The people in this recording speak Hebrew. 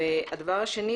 הדבר השני,